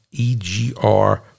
EGR